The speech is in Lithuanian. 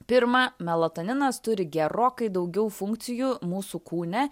pirma melatoninas turi gerokai daugiau funkcijų mūsų kūne